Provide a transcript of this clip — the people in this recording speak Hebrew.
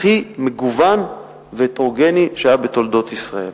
הכי מגוון והטרוגני שהיה בתולדות ישראל.